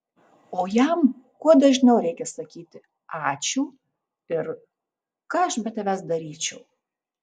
o jam kuo dažniau reikia sakyti ačiū ir ką aš be tavęs daryčiau